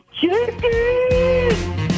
Chicken